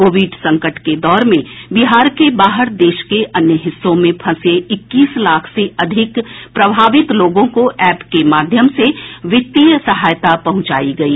Covid संकट के दौर में विहार के बाहर देश के अन्य हिस्सो में फंसे इक्कीस लाख से अधिक प्रभावित लोगों को एप के माध्यम से वित्तीय सहायता पहुंचाई गई